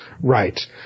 Right